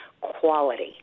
quality